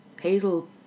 hazel